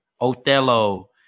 *Othello*